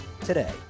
today